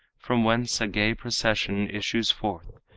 from whence a gay procession issues forth,